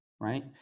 right